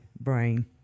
brain